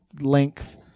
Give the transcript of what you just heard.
length